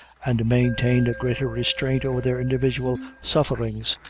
and maintained a greater restraint over their individual sufferings,